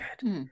good